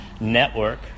Network